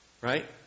Right